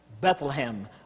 Bethlehem